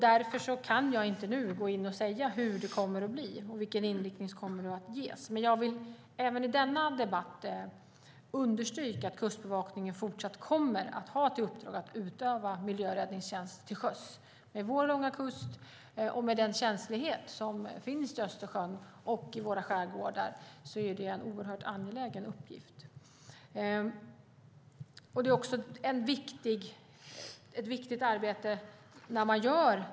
Därför kan jag inte nu säga hur det kommer att bli och vilken inriktning som kommer att ges. Men jag vill även i denna debatt understryka att Kustbevakningen fortsatt kommer att ha till uppdrag att utöva miljöräddningstjänst till sjöss. Med vår långa kust och med tanke på känsligheten i Östersjön och i våra skärgårdar är det en oerhört angelägen uppgift. Att göra riskbildsanalyser är också ett viktigt arbete.